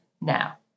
now